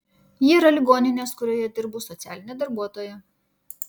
ji yra ligoninės kurioje dirbu socialinė darbuotoja